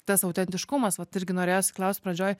tas autentiškumas vat irgi norėjosi klaust pradžioj